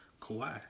Kawhi